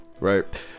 right